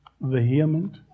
vehement